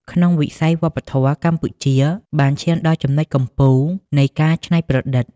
ក្នុងវិស័យវប្បធម៌ កម្ពុជាបានឈានដល់ចំណុចកំពូលនៃការច្នៃប្រឌិត។